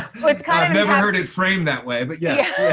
kind of never heard it framed that way, but yeah.